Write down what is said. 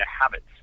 habits